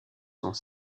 sont